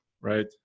right